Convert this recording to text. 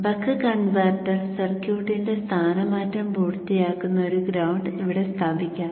buck converter സർക്യൂട്ടിന്റെ സ്ഥാനമാറ്റം പൂർത്തിയാക്കുന്ന ഒരു ഗ്രൌണ്ട് ഇവിടെ സ്ഥാപിക്കാം